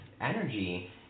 energy